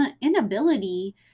inability